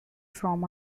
from